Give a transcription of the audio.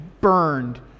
burned